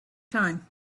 time